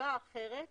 מסיבה אחרת